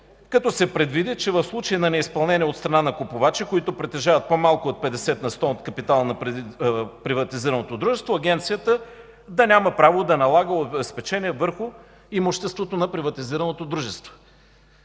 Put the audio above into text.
като се предвиди, че в случай на неизпълнение от страна на купувачи, които притежават по-малко от 50 на сто от приватизираното дружество, Агенцията да няма право да налага обезпечения върху имуществото на приватизираното дружество.